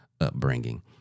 upbringing